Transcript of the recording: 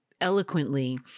eloquently